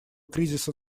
кризиса